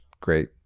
great